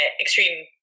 extreme